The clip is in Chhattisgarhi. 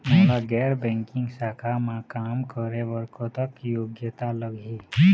मोला गैर बैंकिंग शाखा मा काम करे बर कतक योग्यता लगही?